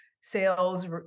sales